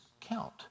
count